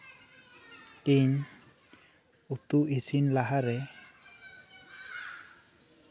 ᱤᱧ ᱩᱛᱩ ᱤᱥᱤᱱ ᱞᱟᱦᱟᱨᱮ